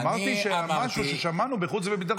אמרתי משהו ששמענו בחוץ וביטחון.